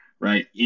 right